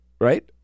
right